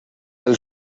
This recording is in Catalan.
pel